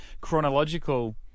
chronological